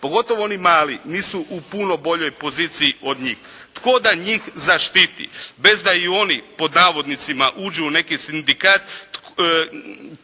pogotovo oni mali nisu u puno boljoj poziciji od njih. Tko da njih zaštiti bez da i oni pod navodnicima uđu u neki sindikat, tko